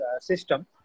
system